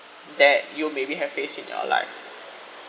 that you maybe have face in your life